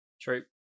True